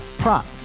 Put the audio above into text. prop